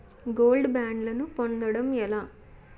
Gold బ్యాండ్లను పొందటం ఎలా?